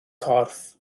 corff